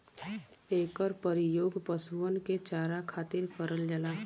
एकर परियोग पशुअन के चारा खातिर करल जाला